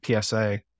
PSA